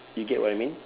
you get what I mean